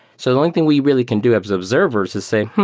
so one thing we really can do as observers is say,